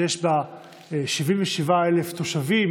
שיש בה 77,000 תושבים,